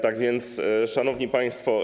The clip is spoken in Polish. Tak więc, szanowni państwo.